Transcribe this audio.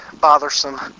bothersome